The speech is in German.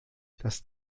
dass